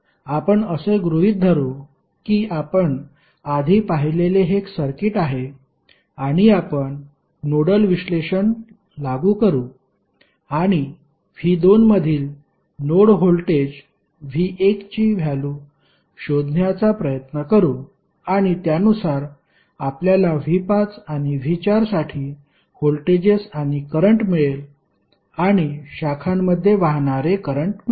आपण असे गृहित धरू की आपण आधी पाहिलेले हे एक सर्किट आहे आणि आपण नोडल विश्लेषण लागू करू आणि V2 मधील नोड व्होल्टेज V1 ची व्हॅल्यु शोधण्याचा प्रयत्न करू आणि त्यानुसार आपल्याला V5 आणि V4 साठी व्होल्टेजेस आणि करंट मिळेल आणि शाखांमध्ये वाहणारे करंट मिळेल